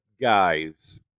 guys